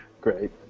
great